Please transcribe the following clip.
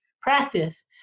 practice